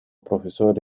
profesor